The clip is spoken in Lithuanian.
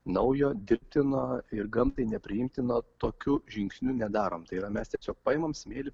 naujo dirbtino ir gamtai nepriimtino tokiu žingsniu nedarom tai yra mes tiesiog paimam smėlį